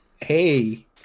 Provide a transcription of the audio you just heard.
hey